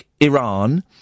Iran